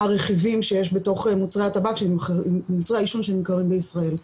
הרכיבים שיש בתוך מוצרי העישון שנמכרים בישראל.